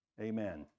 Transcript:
Amen